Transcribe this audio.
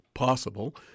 possible